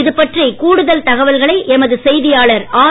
இதுபற்றி கூடுதல் தகவல்களை எமது செய்தியாளர் ஆர்